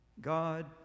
God